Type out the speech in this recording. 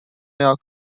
york